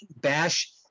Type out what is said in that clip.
bash